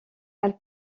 elle